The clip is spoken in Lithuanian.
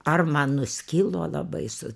ar man nuskilo labai su